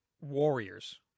Warriors